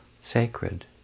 sacred